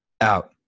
out